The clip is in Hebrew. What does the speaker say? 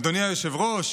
אדוני היושב-ראש,